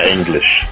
English